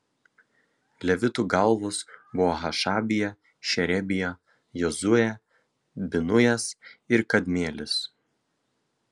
levitų galvos buvo hašabija šerebija jozuė binujas ir kadmielis